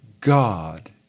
God